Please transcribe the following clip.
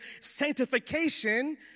sanctification